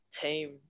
team